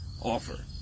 offer